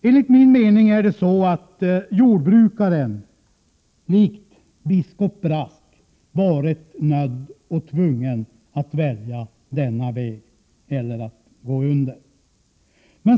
Enligt min mening har jordbrukaren likt biskop Brask alltid varit nödd och tvungen att välja mellan denna väg eller att gå under.